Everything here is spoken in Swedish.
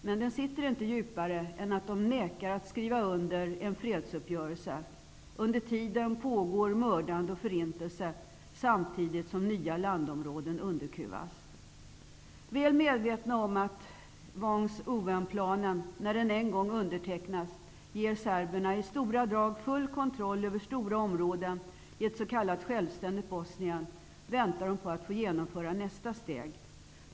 Men den sitter inte djupare än att de nekar att skriva under en fredsuppgörelse. Under tiden pågår mördande och förintelse, samtidigt som nya landområden underkuvas. Väl medvetna om att Vance-Owen-planen, när den en gång undertecknats, ger dem i stora drag full kontroll över stora områden i ett s.k. självständigt Bosnien, väntar serberna på att få genomföra nästa steg.